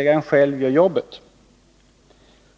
ägaren själv gör jobbet.